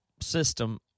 system